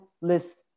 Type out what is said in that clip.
list